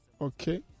Okay